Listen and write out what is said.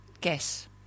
guess